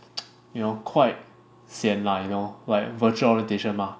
you know quite sian lah you know like virtual orientation mah